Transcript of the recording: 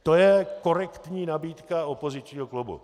To je korektní nabídka opozičního klubu.